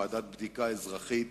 או ועדת בדיקה אזרחית,